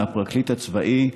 מהפרקליט הצבאי,